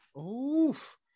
oof